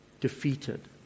defeated